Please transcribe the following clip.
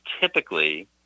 typically